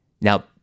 Now